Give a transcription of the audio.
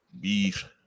Beef